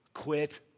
Quit